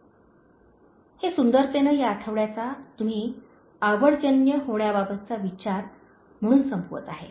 " हे सुंदरतेने या आठवड्याचा तुम्ही आवडजन्य होण्याबाबतचा विचार म्हणून संपवत आहे